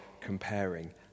comparing